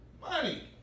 money